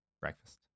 Breakfast